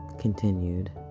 continued